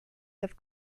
have